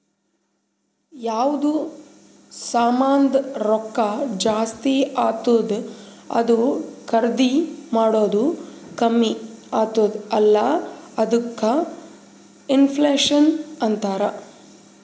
ಯಾವ್ದು ಸಾಮಾಂದ್ ರೊಕ್ಕಾ ಜಾಸ್ತಿ ಆತ್ತುದ್ ಅದೂ ಖರ್ದಿ ಮಾಡದ್ದು ಕಮ್ಮಿ ಆತ್ತುದ್ ಅಲ್ಲಾ ಅದ್ದುಕ ಇನ್ಫ್ಲೇಷನ್ ಅಂತಾರ್